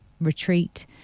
retreat